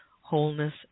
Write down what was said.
wholeness